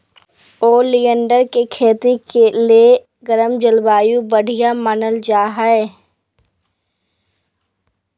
oleander के खेती ले गर्म जलवायु बढ़िया मानल जा हय